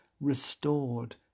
restored